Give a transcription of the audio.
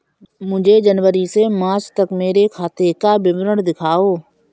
मुझे जनवरी से मार्च तक मेरे खाते का विवरण दिखाओ?